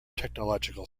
technological